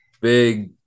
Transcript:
big